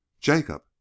Jacob